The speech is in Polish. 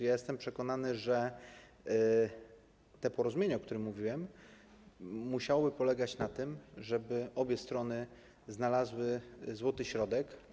Jestem przekonany, że to porozumienie, o którym mówiłem, musiałoby polegać na tym, że obie strony znalazłyby złoty środek.